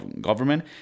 government